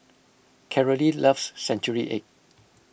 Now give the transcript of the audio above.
Carolee loves Century Egg